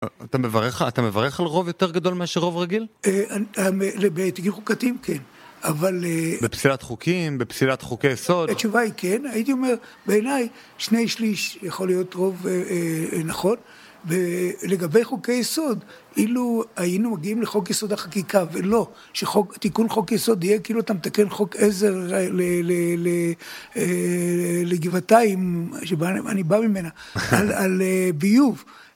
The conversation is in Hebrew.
אתה מברך על רוב יותר גדול מאשר רוב רגיל? לתיקונים חוקתיים כן, אבל... בפסילת חוקים, בפסילת חוקי יסוד? התשובה היא כן, הייתי אומר בעיניי שני שליש יכול להיות רוב נכון. ולגבי חוקי יסוד, אילו היינו מגיעים לחוק יסוד החקיקה ולא, שתיקון חוק יסוד יהיה כאילו אתה מתקן חוק עזר לגבעתיים, שאני בא ממנה, על ביוב.